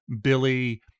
Billy